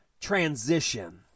transition